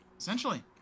Essentially